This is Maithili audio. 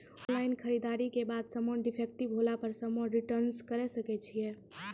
ऑनलाइन खरीददारी के बाद समान डिफेक्टिव होला पर समान रिटर्न्स करे सकय छियै?